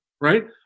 right